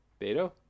Beto